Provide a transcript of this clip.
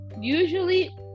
usually